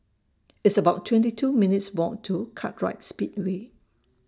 It's about twenty two minutes' Walk to Kartright Speedway